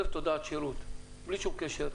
אל"ף, תודעת שירות, בלי שום קשר,